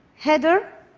heather,